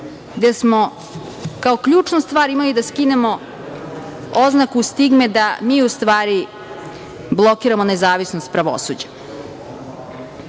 gde smo kao ključnu stvar imali da skinemo oznaku stigme da mi u stvari blokiramo nezavisnost pravosuđa.